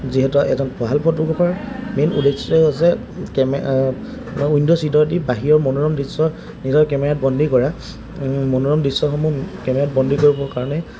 যিহেতু এজন ভাল ফটোগ্ৰাফাৰৰ মেইন উদ্দেশ্যই হৈছে কেমে উইণ্ড' ছিটেদি বাহিৰৰ মনোৰম দৃশ্য নিজৰ কেমেৰাত বন্দী কৰা মনোৰম দৃশ্যসমূহ কেমেৰাত বন্দী কৰিবৰ কাৰণে